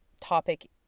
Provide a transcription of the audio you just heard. topic